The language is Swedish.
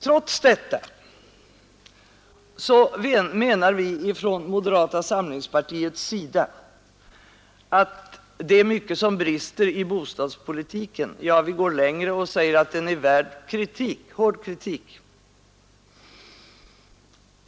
Trots detta menar vi i moderata samlingspartiet att det är mycket som brister i bostadspolitiken, ja, vi går längre och säger att den är värd hård kritik.